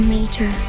Major